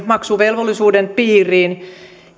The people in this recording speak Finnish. maksuvelvollisuuden piiriin